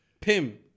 Pim